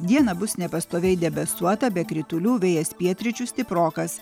dieną bus nepastoviai debesuota be kritulių vėjas pietryčių stiprokas